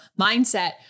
mindset